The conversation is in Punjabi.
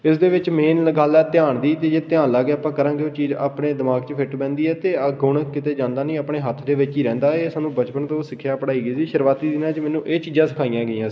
ਇਸਦੇ ਵਿੱਚ ਮੇਨ ਗੱਲ ਆ ਧਿਆਨ ਦੀ ਅਤੇ ਜੇ ਧਿਆਨ ਲਾ ਕੇ ਆਪਾਂ ਕਰਾਂਗੇ ਉਹ ਚੀਜ਼ ਆਪਣੇ ਦਿਮਾਗ 'ਚ ਫਿੱਟ ਹੈ ਅਤੇ ਆ ਗੁਣ ਕਿਤੇ ਜਾਂਦਾ ਨਹੀਂ ਆਪਣੇ ਹੱਥ ਦੇ ਵਿੱਚ ਹੀ ਰਹਿੰਦਾ ਇਹ ਸਾਨੂੰ ਬਚਪਨ ਤੋਂ ਸਿੱਖਿਆ ਪੜ੍ਹਾਈ ਗਈ ਹੈ ਜੀ ਸ਼ੁਰੂਆਤੀ ਦਿਨਾਂ 'ਚ ਮੈਨੂੰ ਇਹ ਚੀਜ਼ਾਂ ਸਿਖਾਈਆਂ ਗਈਆਂ ਸੀ